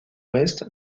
ouest